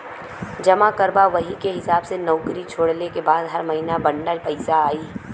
जमा करबा वही के हिसाब से नउकरी छोड़ले के बाद हर महीने बंडल पइसा आई